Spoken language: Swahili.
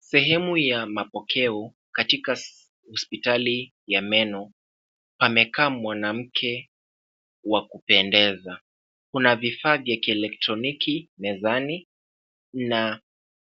Sehemu ya mapokeo katika hospitali ya meno pamekaa mwanamke wa kupendeza. Kuna vifaa vya kielektroniki mezani na